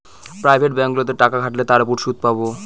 private ব্যাঙ্কগুলোতে টাকা খাটালে তার উপর সুদ পাবো